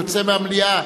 יוצא מהמליאה,